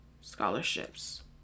scholarships